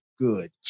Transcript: good